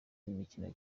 imikino